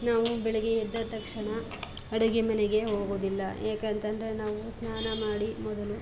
ನಾವು ಬೆಳಗ್ಗೆ ಎದ್ದ ತಕ್ಷಣ ಅಡುಗೆ ಮನೆಗೆ ಹೋಗುವುದಿಲ್ಲ ಏಕಂತ ಅಂದ್ರೆ ನಾವು ಸ್ನಾನ ಮಾಡಿ ಮೊದಲು